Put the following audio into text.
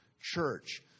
church